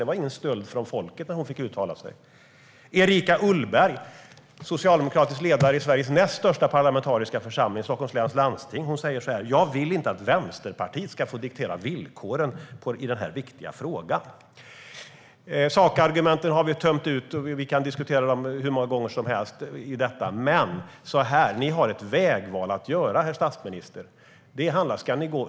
Det var ingen stöld från folket när hon fick uttala sig. Erika Ullberg, socialdemokratisk ledare i Sveriges näst största parlamentariska församling, Stockholms läns landsting, säger så här: Jag vill inte att Vänsterpartiet ska få diktera villkoren i den här viktiga frågan. Sakargumenten har vi tömt ut. Vi kan diskutera dem hur många gånger som helst. Men ni har ett vägval att göra, herr statsminister.